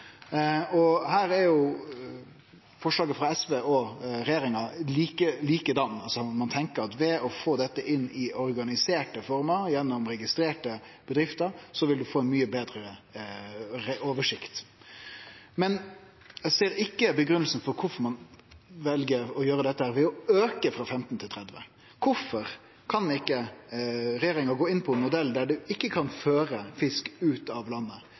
Her er forslaget frå SV og forslaget frå regjeringa like: Ein tenkjer at ved å få dette inn i organiserte former gjennom registrerte bedrifter vil ein få mykje betre oversikt. Men eg ser ikkje kva som er grunngivinga for at ein vel å gjere dette ved å auke frå 15 til 30 kilo. Kvifor kan ikkje regjeringa gå inn for ein modell der ein ikkje kan føre fisk ut av landet